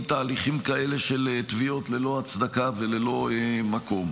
תהליכים כאלה של תביעות ללא הצדקה וללא מקום.